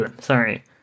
sorry